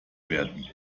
werden